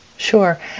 Sure